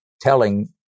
telling